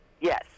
yes